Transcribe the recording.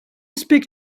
speak